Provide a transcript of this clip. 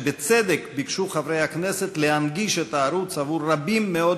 כשבצדק ביקשו חברי הכנסת להנגיש את הערוץ עבור רבים מאוד